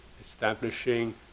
establishing